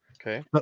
Okay